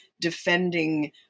defending